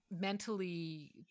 mentally